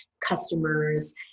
customers